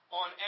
on